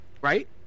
right